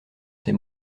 ses